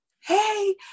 hey